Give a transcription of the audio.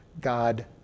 God